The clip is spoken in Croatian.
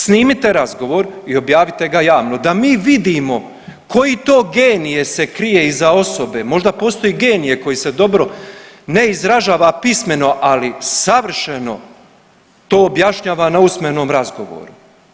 Snimite razgovor i objavite ga javno, da mi vidimo koji to genije se krije iza osobe, možda postoji genije koji se dobro ne izražava pismeno, ali savršeno to objašnjava na usmenom razgovoru.